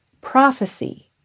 prophecy